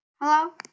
hello